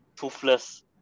toothless